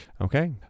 Okay